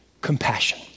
compassion